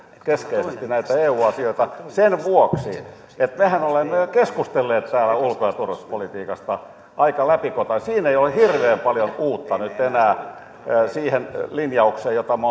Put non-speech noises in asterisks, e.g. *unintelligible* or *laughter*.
keskeisesti näitä eu asioita sen vuoksi että mehän olemme jo keskustelleet täällä ulko ja turvallisuuspolitiikasta aika läpikotaisin ei ole hirveän paljon uutta nyt enää siihen linjaukseen jota me *unintelligible*